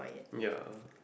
ya